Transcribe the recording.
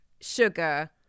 sugar